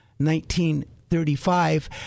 1935